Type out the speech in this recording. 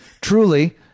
truly